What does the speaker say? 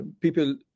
people